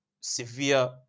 severe